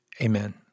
Amen